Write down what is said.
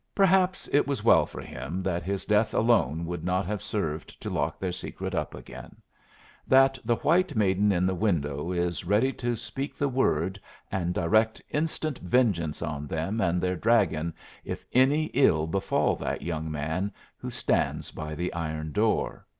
perhaps it was well for him that his death alone would not have served to lock their secret up again that the white maiden in the window is ready to speak the word and direct instant vengeance on them and their dragon if any ill befall that young man who stands by the iron door.